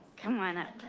come on up.